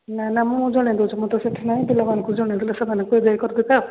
ନା ନା ମୁଁ ଜଣେଇ ଦେଉଛି ମୁଁ ତ ସେଠି ନାଇଁ ପିଲାମାନଙ୍କୁ ଜଣେଇେଲେ ସେମାନଙ୍କୁ କହିଦେଇ କରିଦେବେ